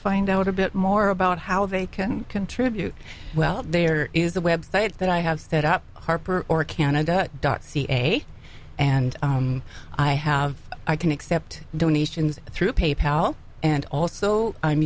find out a bit more about how they can contribute well there is a website that i have set up harper or canada dot ca and i have i can accept donations through pay pal and also i'm